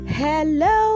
Hello